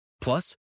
plus